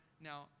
now